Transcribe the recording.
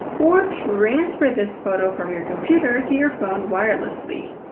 or transfer this photo from your computer to your phone wirelessly.